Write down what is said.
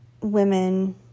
women